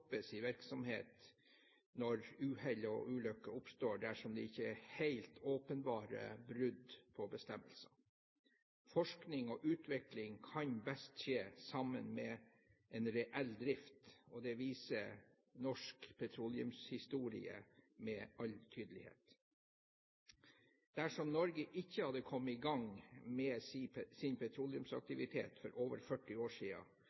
stoppe sin virksomhet når uhell og ulykker oppstår, dersom det ikke er helt åpenbare brudd på bestemmelsene. Forskning og utvikling kan best skje sammen med reell drift. Det viser norsk petroleumshistorie med all tydelighet. Dersom Norge ikke hadde kommet i gang med sin petroleumsaktivitet for over 40 år